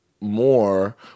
more